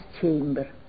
chamber